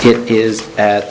it is at